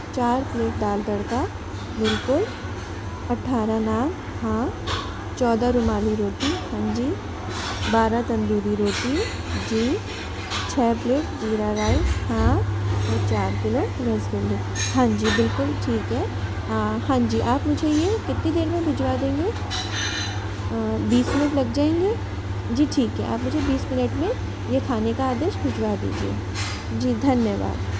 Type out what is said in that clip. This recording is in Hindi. चार प्लेट दाल तड़का बिल्कुल अट्ठारह नान हाँ चौदह रुमाली रोटी हाँजी बारह तंदूरी रोटी जी छ प्लेट ज़ीरा राइस हाँ और चार किलो रसगुल्ले हाँजी बिल्कुल ठीक है हाँजी आप मुझे ये कितनी देर में भिजवा देंगे बीस मिनट लग जाएंगे जी ठीक है आप भी मुझे बीस मिनट में ये खाने का आदेश भिजवा दीजिए जी धन्यवाद